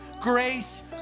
grace